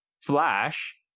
flash